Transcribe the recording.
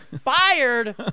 fired